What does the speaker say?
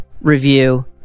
review